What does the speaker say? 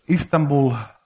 Istanbul